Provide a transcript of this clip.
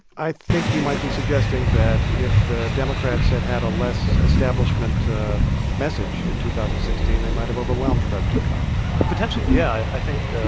i think you might be suggesting that if the democrats had had a less establishment message in two thousand and sixteen, they might have overwhelmed president trump potentially, yeah. i think,